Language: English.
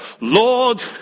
Lord